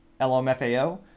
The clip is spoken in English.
LMFAO